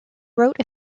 wrote